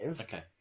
Okay